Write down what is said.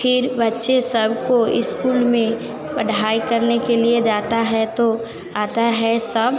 फिर बच्चे सब को इस्कूल में पढ़ाई करने के लिए जाता है तो आता है सब